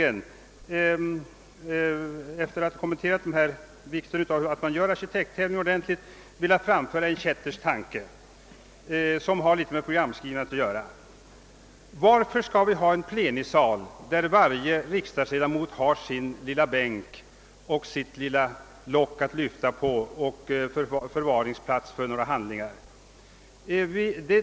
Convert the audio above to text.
Efter att ha kommenterat hur viktigt det är att ha en arkitekttävling skulle jag slutligen vilja framföra en kättersk tanke som har litet med programstyrning att göra. Varför skall vi nödvändigtvis ha en plenisal där varje riksdagsledamot har sin egen lilla bänk med sitt eget lilla bänklock att lyfta på och förvaringsplats för några handlingar?